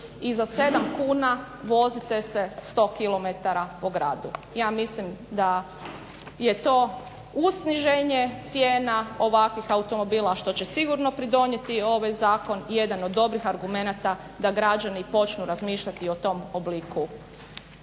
i za 7 kuna vozite se 100 km po gradu. Ja mislim da je to uz sniženje cijena ovakvih automobila što će sigurno pridonijeti ovaj zakon jedan od dobrih argumenata da građani počnu razmišljati i o tom obliku